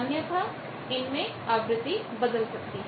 अन्यथा इनमें आवृत्ति बदल सकती है